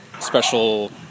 special